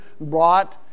brought